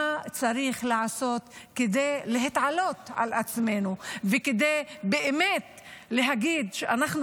מה צריך לעשות כדי להתעלות על עצמנו וכדי להגיד באמת שאנחנו